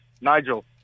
Nigel